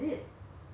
you know